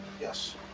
Yes